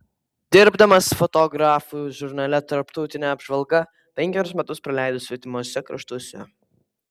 dirbdamas fotografu žurnale tarptautinė apžvalga penkerius metus praleido svetimuose kraštuose